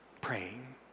praying